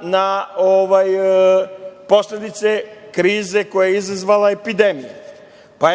na posledice krize koju je izazvala epidemija.